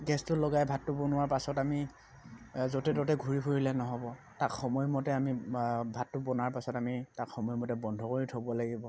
গেছটো লগাই ভাতটো বনোৱাৰ পাছত আমি য'তে ত'তে ঘূৰি ফূৰিলে নহ'ব তাক সময়মতে আমি ভাতটো বনোৱাৰ পাছত আমি তাক সময়মতে বন্ধ কৰি থ'ব লাগিব